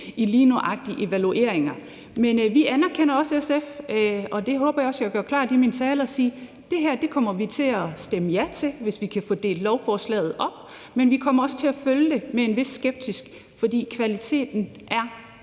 i lige nøjagtig evalueringer. Vi anerkender også i SF, og det håber jeg også jeg gjorde klart i min tale, at det her kommer vi til at stemme ja til, hvis vi kan få delt lovforslaget op. Men vi kommer også til at følge det med en vis skepsis, fordi kvaliteten er